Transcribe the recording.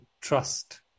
trust